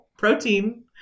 Protein